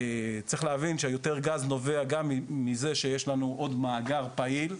צריך להבין שיותר גז נובע גם מזה שיש לנו עוד מאגר פעיל,